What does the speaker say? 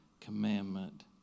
commandment